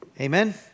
Amen